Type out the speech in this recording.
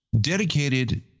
dedicated